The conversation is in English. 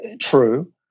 True